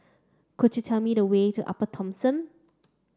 could you tell me the way to Upper Thomson